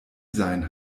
sein